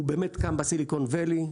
הוא קם בסיליקון ואלי,